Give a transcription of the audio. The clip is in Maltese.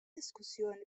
diskussjoni